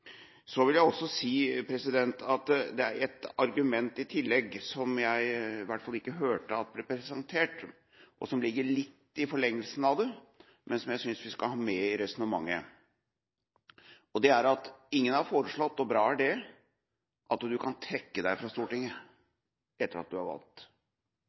Så vil jeg også si at det er et argument i tillegg som jeg i hvert fall ikke hørte at ble presentert, og som ligger litt i forlengelsen av dette, og som jeg synes vi skal ha med i resonnementet. Det er at ingen har foreslått – og bra er det – at du kan trekke deg fra Stortinget etter at du er valgt.